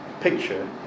picture